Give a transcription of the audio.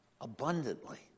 Abundantly